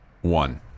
one